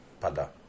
Pada